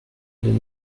deux